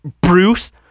bruce